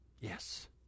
Yes